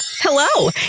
hello